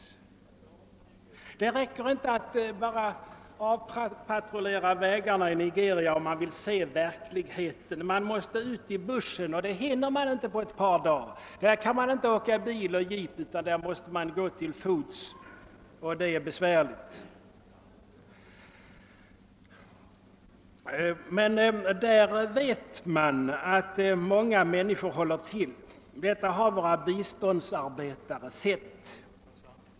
Det räcker inte att bara avpatrullera vägarna i Nigeria, om man vill se verkligheten. Man måste ut i bushen, och det hinner man inte på ett par dagar. Där kan man inte åka bil eller jeep, utan där måste man gå till fots och det är besvärligt. Vi vet emellertid att många människor håller till i bushen. Detta har våra biståndsarbetare sett.